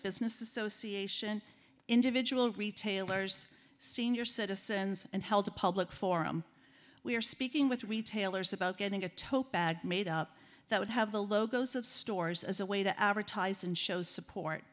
business association individual retailers senior citizens and health a public forum we're speaking with retailers about getting a top bag made up that would have the logos of stores as a way to advertise and show support